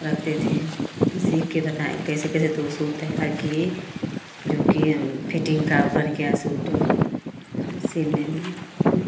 रखते थे सीख कर बना कैसे कैसे तो वह सूट तैयार किए जोकि फिटिंग का बन गया सूट सिलने में में